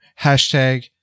hashtag